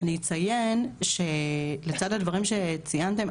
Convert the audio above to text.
אני אציין שלצד הדברים שציינתם,